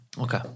Okay